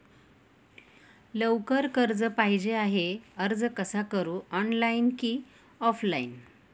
लवकर कर्ज पाहिजे आहे अर्ज कसा करु ऑनलाइन कि ऑफलाइन?